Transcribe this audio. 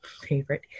favorite